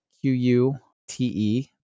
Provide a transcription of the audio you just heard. Q-U-T-E